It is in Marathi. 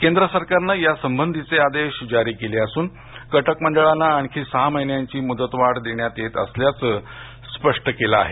केंद्र सरकारनं यासंबंधीचे आदेश जारी केले असून कटक मंडळांना आणखी सहा महिन्यांची मुदतवाढ देण्यात येत असल्याचं स्पष्ट केलं आहे